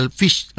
fish